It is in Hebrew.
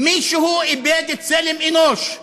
מישהו איבד את צלם אנוש.